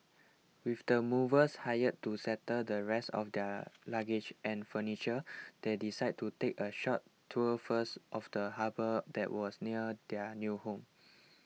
with the movers hired to settle the rest of their luggage and furniture they decided to take a short tour first of the harbour that was near their new home